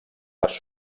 les